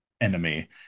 enemy